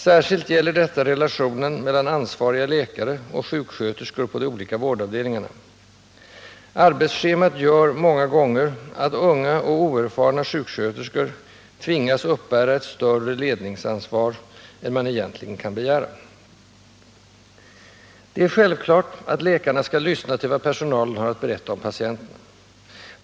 Särskilt gäller detta relationen mellan ansvariga läkare och sjuksköterskor på de olika vårdavdelningarna. Arbetsschemat gör många gånger att unga och oerfarna sjuksköterskor tvingas uppbära ett större ledningsansvar än man egentligen kan begära. Det är självklart att läkarna skall lyssna till vad personalen har att berätta om patienterna.